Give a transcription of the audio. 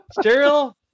sterile